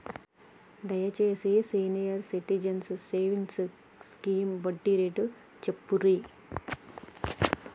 దయచేసి senior citizens savings scheme వడ్డీ rate చెప్పుర్రి